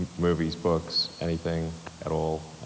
movies, books, anything at all,